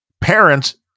parents